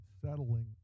settling